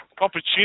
opportunity